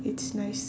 it's nice